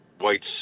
Whites